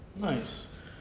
Nice